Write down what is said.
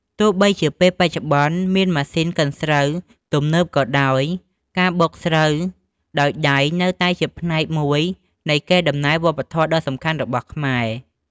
ទោះបីជាបច្ចុប្បន្នមានម៉ាស៊ីនកិនស្រូវទំនើបក៏ដោយ ការបុកស្រូវដោយដៃនៅតែជាផ្នែកមួយនៃកេរដំណែលវប្បធម៌ដ៏សំខាន់របស់ខ្មែរ។